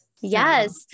Yes